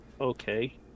Okay